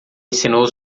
ensinou